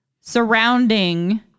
surrounding